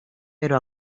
pero